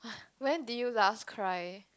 when did you last cry